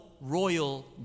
royal